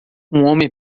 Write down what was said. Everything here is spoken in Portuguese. homem